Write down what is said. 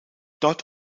dort